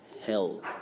hell